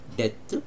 death